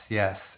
yes